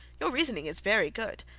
your reasoning is very good,